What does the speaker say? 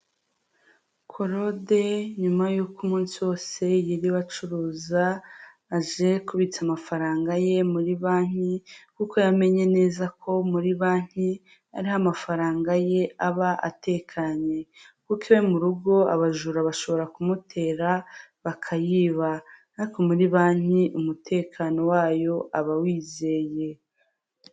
Claude nyuma y'uko umunsi wose yiriwe acuruza, aje kubitsa amafaranga ye muri banki, kuko yamenye neza ko muri banki ariho amafaranga ye aba atekanye kuko iwe mu rugo abajura bashobora kumutera bakayiba, ariko muri banki umutekano wayo aba awizeye.